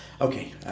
okay